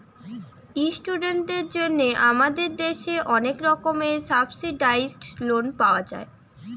ইস্টুডেন্টদের জন্যে আমাদের দেশে অনেক রকমের সাবসিডাইসড লোন পাওয়া যায়